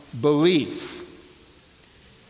belief